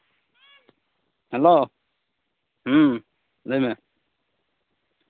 hello ᱦᱮᱸ ᱞᱟᱹᱭ ᱢᱮ